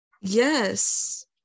Yes